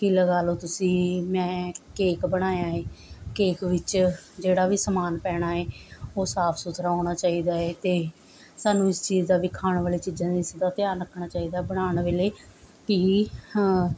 ਕਿ ਲਗਾ ਲਓ ਤੁਸੀਂ ਮੈਂ ਕੇਕ ਬਣਾਇਆ ਏ ਕੇਕ ਵਿੱਚ ਜਿਹੜਾ ਵੀ ਸਮਾਨ ਪੈਣਾ ਏ ਉਹ ਸਾਫ ਸੁਥਰਾ ਹੋਣਾ ਚਾਹੀਦਾ ਏ ਅਤੇ ਸਾਨੂੰ ਇਸ ਚੀਜ਼ ਦਾ ਵੀ ਖਾਣ ਵਾਲੇ ਚੀਜ਼ਾਂ ਇਸ ਦਾ ਧਿਆਨ ਰੱਖਣਾ ਚਾਹੀਦਾ ਬਣਾਉਣ ਵੇਲੇ ਕਿ